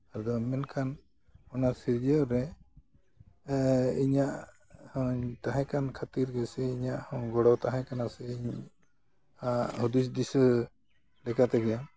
ᱟᱫᱚ ᱢᱮᱱᱠᱷᱟᱱ ᱚᱱᱟ ᱥᱤᱨᱡᱟᱹᱣ ᱨᱮ ᱤᱧᱟᱹᱜ ᱦᱚᱸᱧ ᱛᱟᱦᱮᱸᱠᱟᱱ ᱠᱷᱟᱹᱛᱤᱨ ᱜᱮᱥᱮ ᱤᱧᱟᱹᱜ ᱦᱚᱸ ᱜᱚᱲᱚ ᱛᱟᱦᱮᱸᱠᱟᱱᱟ ᱥᱮ ᱤᱧ ᱟᱜ ᱦᱩᱫᱤᱥ ᱫᱤᱥᱟᱹ ᱞᱮᱠᱟᱛᱮᱜᱮ